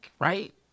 right